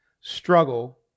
struggle